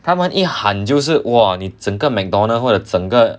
她们一喊就是 !wah! 你整个 mcdonald 或者整个